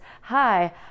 hi